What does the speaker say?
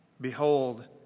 behold